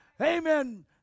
Amen